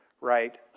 right